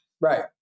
Right